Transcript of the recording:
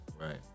Right